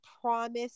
promise